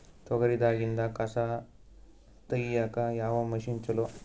ತೊಗರಿ ದಾಗಿಂದ ಕಸಾ ತಗಿಯಕ ಯಾವ ಮಷಿನ್ ಚಲೋ?